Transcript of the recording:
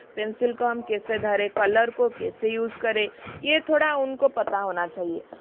pencil को हम कैसे धरे कलर को कैसे यूज़ करे यह थोड़ा उनको पता होना चाहिए